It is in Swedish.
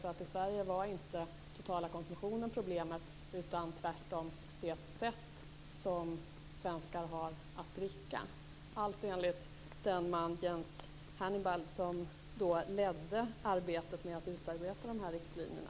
I Sverige var inte den totala konsumtionen problemet utan tvärtom det sätt som svenskar har att dricka, allt enligt Jens Hannibal som ledde arbetet med att utarbeta riktlinjerna.